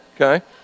okay